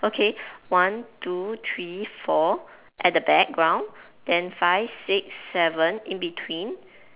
okay one two three four at the background then five six seven in between